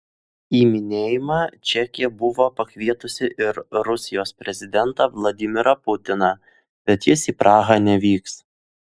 į minėjimą čekija buvo pakvietusi ir rusijos prezidentą vladimirą putiną bet jis į prahą nevyks